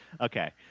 okay